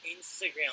Instagram